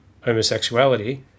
homosexuality